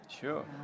Sure